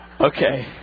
Okay